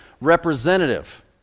representative